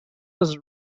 was